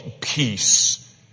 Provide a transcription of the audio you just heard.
peace